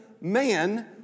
man